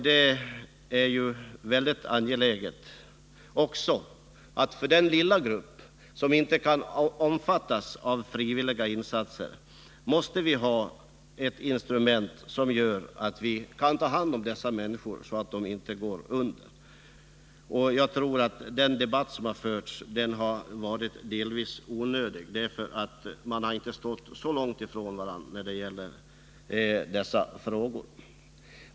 Det är också angeläget att vi för den lilla grupp människor som inte kan omfattas av frivilliga insatser har ett instrument till sådan vård att de inte går under. Jag tror att den debatt som har förts delvis varit onödig. Vi har nämligen inte stått så långt ifrån varandra i dessa frågor.